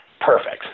Perfect